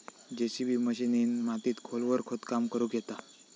JCB मशिनीन मातीत खोलवर खोदकाम करुक येता